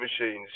machines